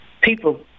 people